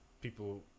People